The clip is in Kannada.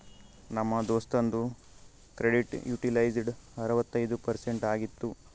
ನಮ್ ದೋಸ್ತುಂದು ಕ್ರೆಡಿಟ್ ಯುಟಿಲೈಜ್ಡ್ ಅರವತ್ತೈಯ್ದ ಪರ್ಸೆಂಟ್ ಆಗಿತ್ತು